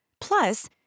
Plus